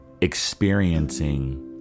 experiencing